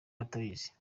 batabizi